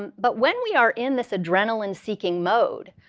um but when we are in this adrenaline-seeking mode,